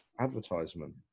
Advertisement